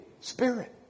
Spirit